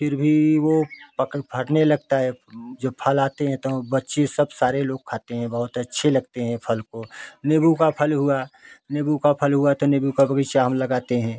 फ़िर भी वह पक फरने लगता है जब फल आते हैं तो बच्चे सब सारे लोग खाते हैं बहुत अच्छे लगते हैं फल को निम्बू का फल हुआ निम्बू का फल हुआ तो निम्बू का बगीचा हम लगाते हैं